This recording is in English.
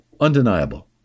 undeniable